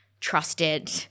trusted